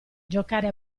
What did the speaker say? giocare